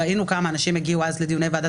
ראינו כמה אנשים הגיעו אז לדיוני ועדת